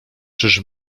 czyż